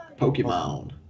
Pokemon